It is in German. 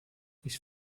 ich